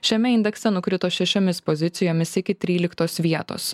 šiame indekse nukrito šešiomis pozicijomis iki tryliktos vietos